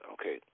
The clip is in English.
okay